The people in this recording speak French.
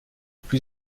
plus